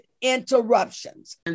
interruptions